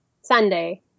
Sunday